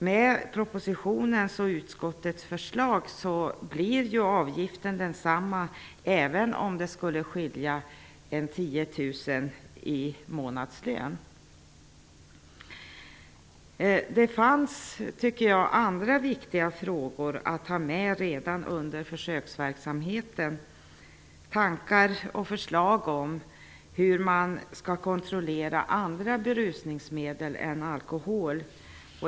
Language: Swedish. Med propositionens och utskottets förslag blir avgiften densamma, även om det skulle skilja med Jag tycker att det fanns andra viktiga frågor att ha med redan under försöksverksamheten. Det gäller tankar och förslag om hur man skall kontrollera andra berusningsmedel än alkohol.